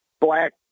black